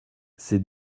c’est